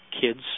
kids